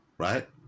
right